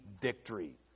victory